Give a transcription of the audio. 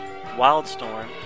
Wildstorm